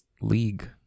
league